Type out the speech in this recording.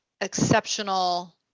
exceptional